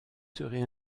serez